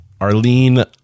Arlene